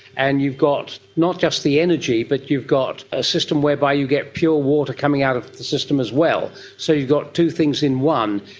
and you've got not just the energy but you've got a system whereby you get pure water coming out of the system as well. so you've got two things in one.